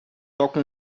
toca